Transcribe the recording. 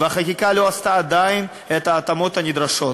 והחקיקה לא עשתה עדיין את ההתאמות הנדרשות.